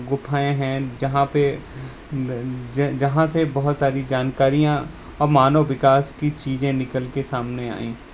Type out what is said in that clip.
गुफाएं हैं जहाँ पे जहाँ से बहुत सारी जानकारियाँ और मानव विकास की चीज़ें निकल के सामने आई